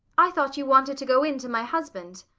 i thought you wanted to go in to my husband.